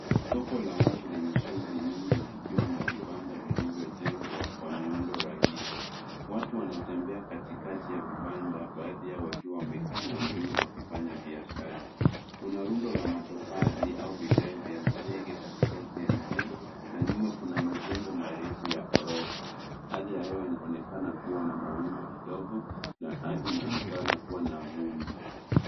Soko la wazi lenye shughuli nyingi kukiwa na vibanda vilivyojengwa kwa miundo rahisi. Watu wanatembea katikati ya vibanda baadhi yao wakiwa wamekaa na wengine wakifanya biashara. Kuna rundo la matofali au vigae vya zege katikati ya njia na nyuma kuna majengo marefu ya orofa. Hali ya hewa inaonekana kuwa na mawingu kidogo na ardhi inaonekana kuwa na vumbi.